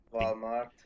Walmart